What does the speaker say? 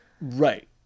Right